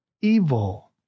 evil